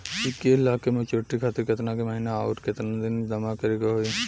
इक्कीस लाख के मचुरिती खातिर केतना के महीना आउरकेतना दिन जमा करे के होई?